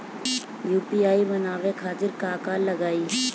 UPI बनावे खातिर का का लगाई?